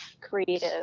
creative